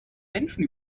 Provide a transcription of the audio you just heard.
menschen